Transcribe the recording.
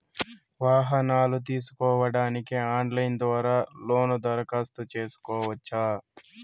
వాహనాలు తీసుకోడానికి ఆన్లైన్ ద్వారా లోను దరఖాస్తు సేసుకోవచ్చా?